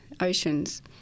oceans